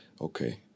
okay